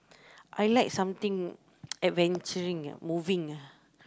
I like something adventuring ah moving ah